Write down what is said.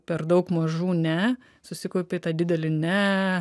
per daug mažų ne susikaupė į tą didelį ne